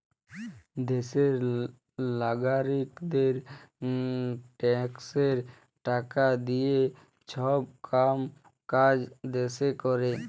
দ্যাশের লাগারিকদের ট্যাক্সের টাকা দিঁয়ে ছব কাম কাজ দ্যাশে ক্যরে